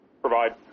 provide